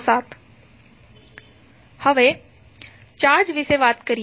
હવે ચાર્જ વિશે વાત કરીએ